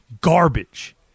garbage